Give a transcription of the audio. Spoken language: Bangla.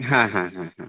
হ্যাঁ হ্যাঁ হ্যাঁ হ্যাঁ